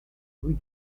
rue